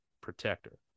protector